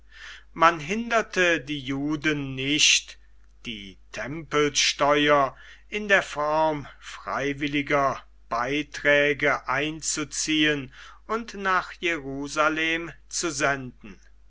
man hinderte die juden nicht die tempelsteuer in der form freiwilliger beiträge einzuziehen und nach jerusalem zu senden